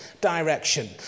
direction